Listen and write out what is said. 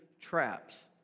traps